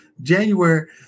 January